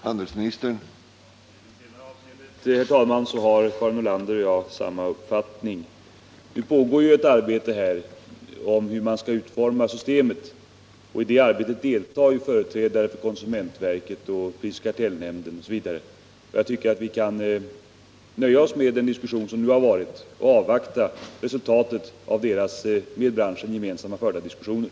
Herr talman! I det senare avseendet har Karin Nordlander och jag samma uppfattning. Det pågår ett arbete om hur man skall utforma systemet. I det arbetet deltar företrädare för konsumentverket, prisoch kartellnämnden m.fl. Jag tycker att vi kan nöja oss med den diskussion som nu har varit och avvakta resultatet av deras med branschen förda diskussioner.